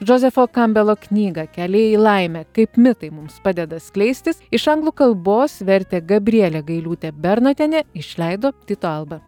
džozefo kambelo knygą keliai į laimę kaip mitai mums padeda skleistis iš anglų kalbos vertė gabrielė gailiūtė bernotienė išleido tyto alba